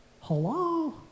Hello